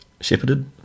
Shepherded